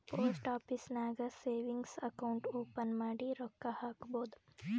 post office ನಾಗ್ savings account open ಮಾಡಿ ರೊಕ್ಕಾ ಹಾಕ್ಬೋದ್